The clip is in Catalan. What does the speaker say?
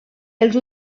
els